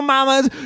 Mama's